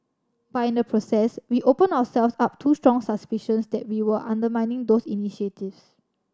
but in the process we opened ourselves up to strong suspicions that we were undermining those initiatives